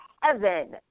heaven